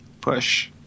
push